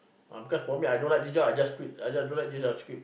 ah because for me I don't like this job I just quit I just don't like this I just quit